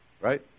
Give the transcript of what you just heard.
Right